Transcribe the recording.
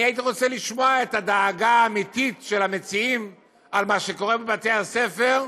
הייתי רוצה לשמוע את הדאגה האמיתית של המציעים על מה שקורה בבתי הספר,